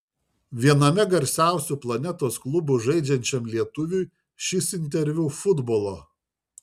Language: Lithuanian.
viename garsiausių planetos klubų žaidžiančiam lietuviui šis interviu futbolo